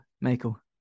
Michael